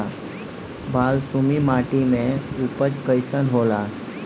बालसुमी माटी मे उपज कईसन होला?